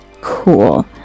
Cool